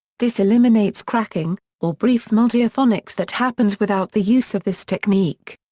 this eliminates cracking, or brief multiphonics that happens without the use of this technique.